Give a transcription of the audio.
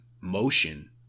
motion